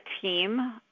team